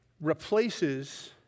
replaces